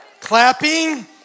Clapping